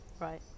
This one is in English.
Right